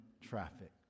traffic